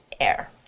air